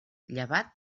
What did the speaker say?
llevat